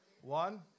One